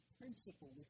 principle